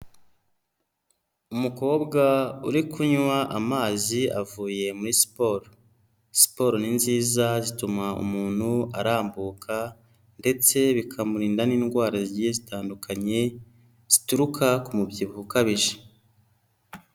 Umukobwa uri kunywa amazi avuye muri siporo. Siporo ni nziza zituma umuntu arambuka ndetse bikamurinda n'indwara zigiye zitandukanye zituruka ku mubyibuho ukabije.